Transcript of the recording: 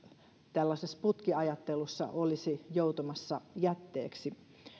tällaisessa putkiajattelussa olisi joutumassa jätteeksi